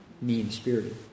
mean-spirited